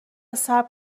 صبر